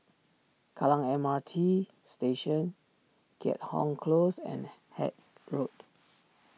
Kallang M R T Station Keat Hong Close and Haig Road